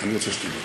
אני רוצה שתדע,